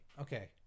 okay